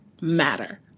matter